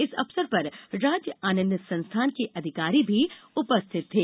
इस अवसर पर राज्य आनंद संस्थान के अधिकारी भी उपस्थित थे